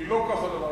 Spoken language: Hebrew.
כי לא כך הדבר.